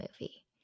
movie